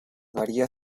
varía